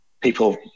people